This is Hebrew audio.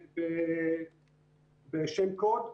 בשם קוד,